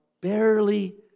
barely